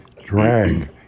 drag